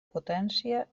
potència